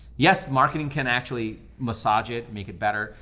yes the marketing can actually massage it, make it better.